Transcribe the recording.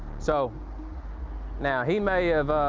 so now, he may have